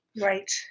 Right